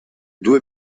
due